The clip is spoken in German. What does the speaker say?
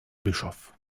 bischof